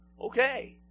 okay